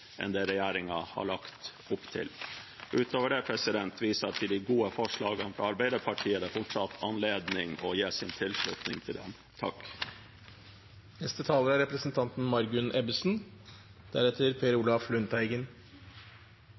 enn det regjeringen har lagt opp til. Utover dette viser jeg til de gode forslagene fra Arbeiderpartiet. Det er fortsatt anledning til å gi sin tilslutning til dem.